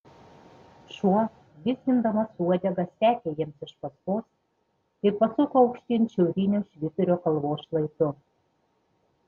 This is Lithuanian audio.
šuo vizgindamas uodega sekė jiems iš paskos kai pasuko aukštyn šiauriniu švyturio kalvos šlaitu